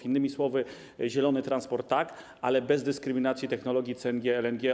Innymi słowy, zielony transport tak, ale bez dyskryminacji technologii CNG, LNG.